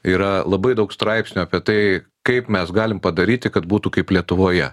yra labai daug straipsnių apie tai kaip mes galim padaryti kad būtų kaip lietuvoje